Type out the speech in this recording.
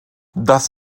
das